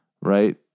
right